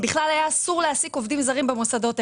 בכלל היה אסור להעסיק עובדים זרים במוסדות,